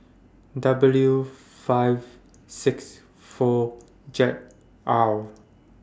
W five six four Jade R